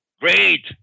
Great